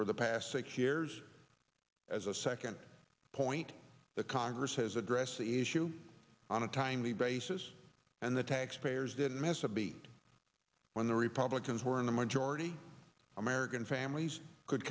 for the past six years as a second point the congress has addressed the issue on a timely basis and the taxpayers didn't miss a beat when the republicans were in the majority american families could